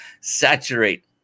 saturate